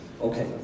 Okay